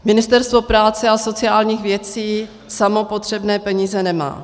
Ministerstvo práce a sociálních věcí samo potřebné peníze nemá.